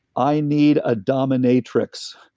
i need a dominatrix,